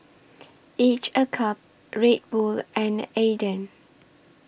Each A Cup Red Bull and Aden